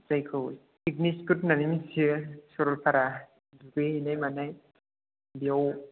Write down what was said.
जायखौ picnic spot होननानै मिथियो सरलपारा दुगैहोनाय मानाय बेयाव